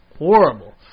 horrible